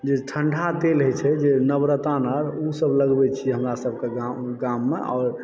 जे ठंढा तेल होइ छै जे नवरत्न अर ओसब लगबै छियै हमरा सबके गाममे आओर